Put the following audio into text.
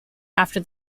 after